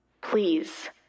Please